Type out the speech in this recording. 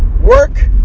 Work